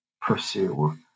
pursue